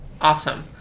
Awesome